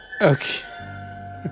Okay